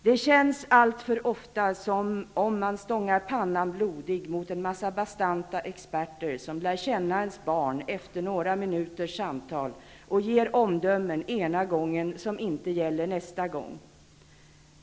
''Det känns alltför ofta som om man stångar pannan blodig mot en massa bastanta experter som lär känna ens barn efter några minuters samtal och ger omdömen ena gången som inte gäller nästa gång.''